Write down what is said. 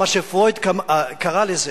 מה שפרויד קרא לו: